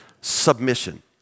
submission